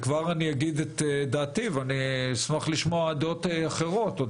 וכבר אני אגיד את דעתי ואשמח לשמוע דעות אחרות עוד